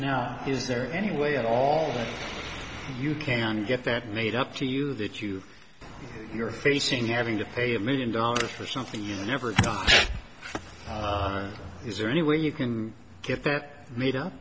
now is there any way at all you can get that made up to you that you you're facing having to pay a million dollars for something never is there any way you can get that made up